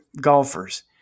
golfers